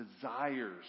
desires